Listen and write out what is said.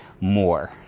more